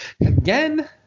Again